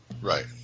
Right